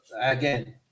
Again